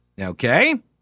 Okay